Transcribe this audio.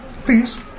Please